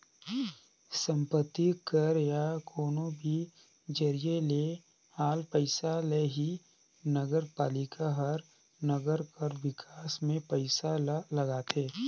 संपत्ति कर या कोनो भी जरिए ले आल पइसा ले ही नगरपालिका हर नंगर कर बिकास में पइसा ल लगाथे